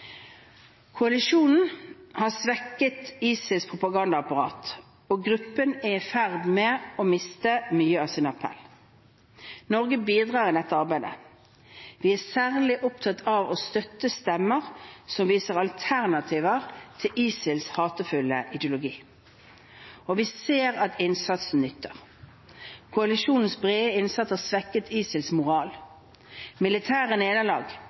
Koalisjonen har svekket ISILs propagandaapparat, og gruppen er i ferd med å miste mye av sin appell. Norge bidrar til dette arbeidet. Vi er særlig opptatt av å støtte stemmer som viser alternativer til ISILs hatefulle ideologi. Vi ser at innsatsen nytter. Koalisjonens brede innsats har svekket ISILs moral. Militære nederlag,